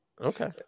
Okay